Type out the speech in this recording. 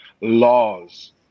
laws